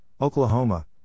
Oklahoma